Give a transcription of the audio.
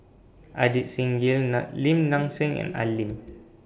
Ajit Singh Gill Lim Nang Seng and Al Lim